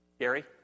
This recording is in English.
Gary